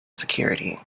security